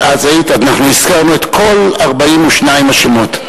אנחנו הזכרנו את כל 42 השמות.